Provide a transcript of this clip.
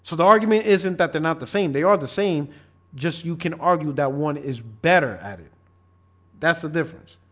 so the argument isn't that they're not the same. they are the same just you can argue. that one is better at it that's the difference.